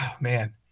man